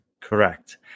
Correct